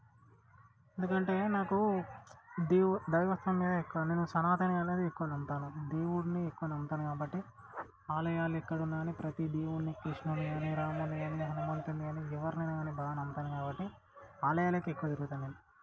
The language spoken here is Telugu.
ఎందుకంటే నాకు దేవు దైవత్వం మీదెక్కువ నేను సనాతననేది ఎక్కువ నమ్ముతాను దేవున్నీ ఎక్కువ నమ్ముతాను కాబట్టి ఆలయాలు ఎక్కడున్నా అని ప్రతి దేవుని కృష్ణుని గానీ రాముని గానీ హనుమంతుని గానీ ఎవరినైనా గానీ బాగా నమ్ముతాను కాబట్టి ఆలయాలకెక్కువ తిరుగుతాను నేను